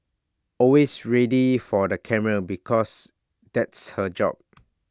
always ready for the camera because that's her job